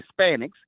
Hispanics